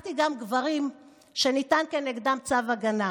ייצגתי גם גברים שניתן כנגדם צו הגנה,